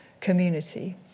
community